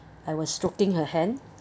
I was stroking her hand